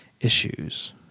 issues